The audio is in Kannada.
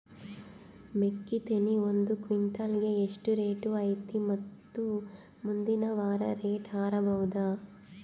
ಮೆಕ್ಕಿ ತೆನಿ ಒಂದು ಕ್ವಿಂಟಾಲ್ ಗೆ ಎಷ್ಟು ರೇಟು ಐತಿ ಮತ್ತು ಮುಂದಿನ ವಾರ ರೇಟ್ ಹಾರಬಹುದ?